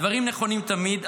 הדברים נכונים תמיד,